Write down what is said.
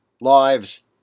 Lives